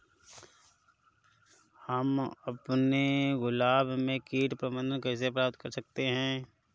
हम अपने गुलाब में कीट प्रबंधन कैसे कर सकते है?